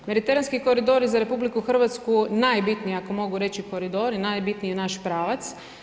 Mediteranski koridor za RH najbitniji, ako mogu reći, koridor i najbitniji naš pravac.